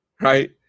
right